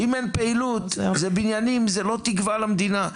אם אין פעילות זה בניינים, זה לא תקווה למדינה.